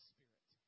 Spirit